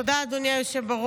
תודה, אדוני היושב-ראש.